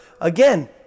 Again